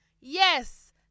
Yes